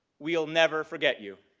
will never forget you.